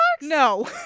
No